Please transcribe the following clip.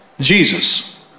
Jesus